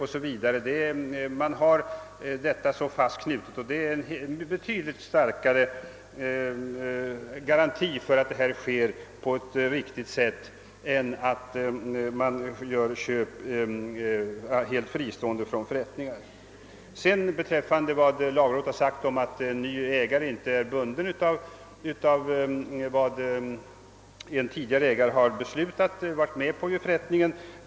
Det är ett förfarande som har stark förankring och som medför större garantier för att allting går rätt till än om köpet verkställes helt fristående från förrättningsförfarandet. Vidare har lagrådet framhållit att den nye ägaren inte är bunden av vad en tidigare ägare beslutat, när han var med om förrättningen.